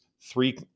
three